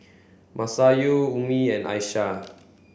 Masayu Ummi and Aisyah